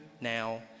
now